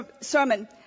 sermon